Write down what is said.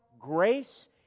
grace